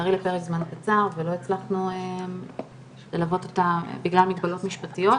לצערי לפרק זמן קצר ולא הצלחתי ללוות אותה בגלל מגבלות משפטיות,